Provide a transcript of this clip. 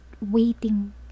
waiting